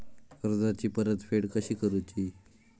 कर्जाची परतफेड कशी करुची?